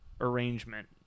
arrangement